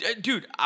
Dude